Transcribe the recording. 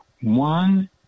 One